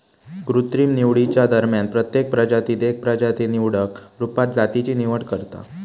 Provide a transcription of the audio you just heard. कृत्रिम निवडीच्या दरम्यान प्रत्येक प्रजातीत एक प्रजाती निवडक रुपात जातीची निवड करता